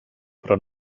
però